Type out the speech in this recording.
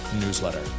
newsletter